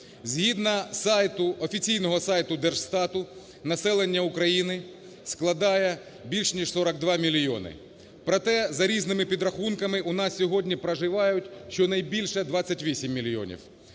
Згідно сайту, офіційного сайту Держстату, населення України складає більш ніж 42 мільйони. Проте за різними підрахунками у нас сьогодні проживають щонайбільше 28 мільйонів.